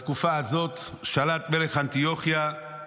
בתקופה הזאת שלט מלך אנטיוכיה,